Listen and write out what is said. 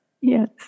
Yes